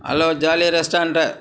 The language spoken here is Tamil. ஹலோ ஜாலியா ரெஸ்டாரண்ட்டா